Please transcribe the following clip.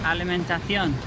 Alimentación